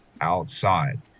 outside